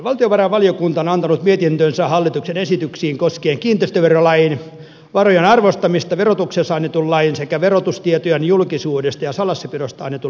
valtiovarainvaliokunta on antanut mietintönsä hallituksen esityksiin koskien kiinteistöverolain varojen arvostamisesta verotuksessa annetun lain sekä verotustietojen julkisuudesta ja salassapidosta annetun lain muutoksesta